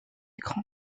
écran